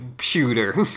shooter